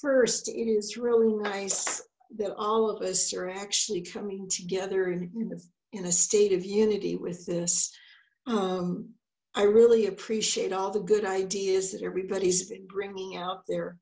it is really nice that all of us are actually coming together in a state of unity with this i really appreciate all the good ideas that everybody's been bringing out there